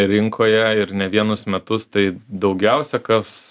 rinkoje ir ne vienus metus tai daugiausia kas